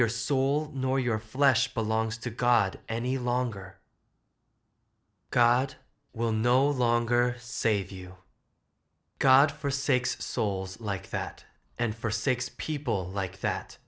your soul nor your flesh belongs to god any longer god will no longer save you god for six souls like that and for six people like that